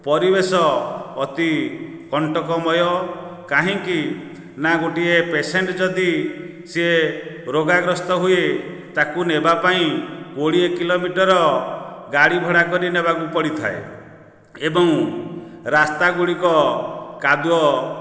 ପରିବେଶ ଅତି କଣ୍ଟକମୟ କାହିଁକି ନା ଗୋଟିଏ ପେସେଣ୍ଟ ଯଦି ସିଏ ରୋଗାଗ୍ରସ୍ଥ ହୁଏ ତାକୁ ନେବାପାଇଁ କୋଡ଼ିଏ କିଲୋମିଟର ଗାଡ଼ି ଭଡ଼ା କରି ନେବାକୁ ପଡ଼ିଥାଏ ଏବଂ ରାସ୍ତା ଗୁଡ଼ିକ କାଦୁଅ